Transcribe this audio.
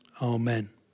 Amen